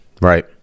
Right